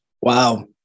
Wow